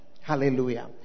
Hallelujah